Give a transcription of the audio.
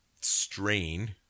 strain